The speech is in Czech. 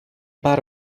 pár